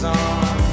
on